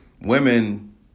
Women